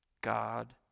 god